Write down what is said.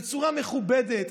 בצורה מכובדת,